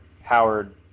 Howard